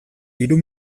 hiru